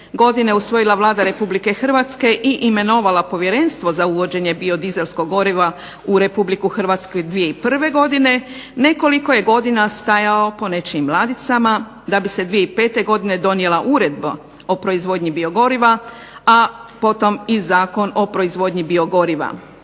godine usvojila Vlada Republike Hrvatske i imenovala Povjerenstvo za uvođenje biodizelskog goriva u RH 2001. godine nekoliko je godina stajao po nečijim ladicama da bi se 2005. godine donijela Uredba o proizvodnji biogoriva, a potom i Zakon o proizvodnji biogoriva.